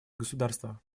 государства